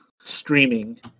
streaming